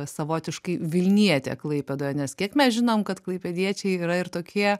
savotiškai vilnietė klaipėdoje nes kiek mes žinom kad klaipėdiečiai yra ir tokie